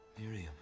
Miriam